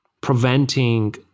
preventing